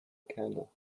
candle